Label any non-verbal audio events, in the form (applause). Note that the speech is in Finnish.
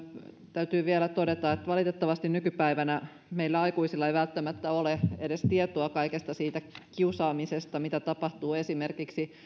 täytyy vielä todeta että valitettavasti nykypäivänä meillä aikuisilla ei välttämättä ole edes tietoa kaikesta siitä kiusaamisesta mitä tapahtuu esimerkiksi (unintelligible)